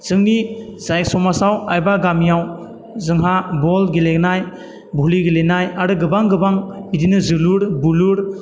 जोंनि जाय समाजाव आइबा गामियाव जोंहा बल गेलेनाय भलि गेलेनाय आरो गोबां गोबां बिदिनो जोलुर बुलुर